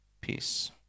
peace